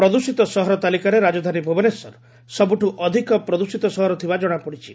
ପ୍ରଦ୍ଷିତ ସହର ତାଲିକାରେ ରାଜଧାନୀ ଭୁବନେଶ୍ୱର ସବୁଠୁ ଅଧିକ ପ୍ରଦୃଷିତ ସହର ଥିବା ଜଶାପଡିଛି